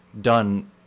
done